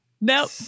Nope